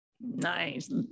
Nice